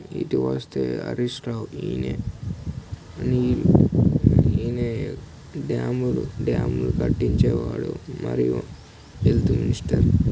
ఇటు వస్తే హరీష్ రావు ఈనే అన్ని ఈయనే డ్యాములు డ్యాములు కట్టించేవాడు మరియు హెల్త్ మినిస్టర్